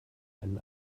einen